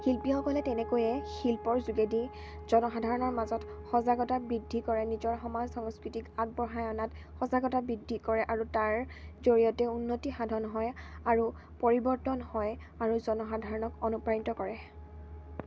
শিল্পীসকলে তেনেকৈয়ে শিল্পৰ যোগেদি জনসাধাৰণৰ মাজত সজাগতা বৃদ্ধি কৰে নিজৰ সমাজ সংস্কৃতিক আগবঢ়াই অনাত সজাগতা বৃদ্ধি কৰে আৰু তাৰ জৰিয়তে উন্নতি সাধন হয় আৰু পৰিৱৰ্তন হয় আৰু জনসাধাৰণক অনুপ্ৰাণিত কৰে